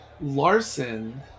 Larson